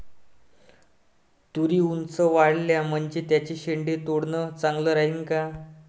तुरी ऊंच वाढल्या म्हनजे त्याचे शेंडे तोडनं चांगलं राहीन का?